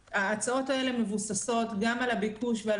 ההצעות האלה מבוססות גם על הביקוש ועל